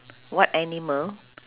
what animal